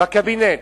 בקבינט,